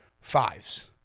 fives